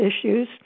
issues